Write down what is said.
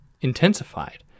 intensified